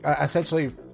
essentially